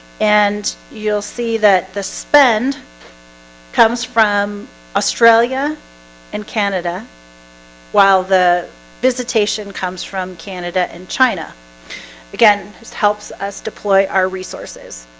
and you'll see that the spend comes from australia and canada while the visitation comes from canada and china again, this helps us deploy our resources